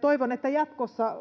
Toivon, että jatkossa,